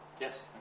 Yes